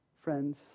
Friends